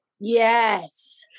yes